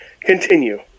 Continue